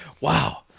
wow